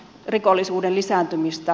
rikollisuuden lisääntymistä